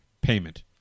payment